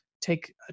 take